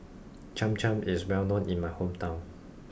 Cham Cham is well known in my hometown